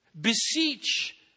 Beseech